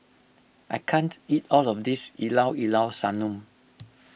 I can't eat all of this Llao Llao Sanum